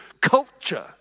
culture